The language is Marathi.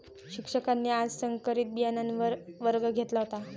शिक्षकांनी आज संकरित बियाणांवर वर्ग घेतला होता